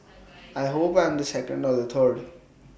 I hope I'm the second or the third